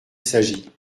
s’agit